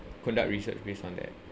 conduct research based on that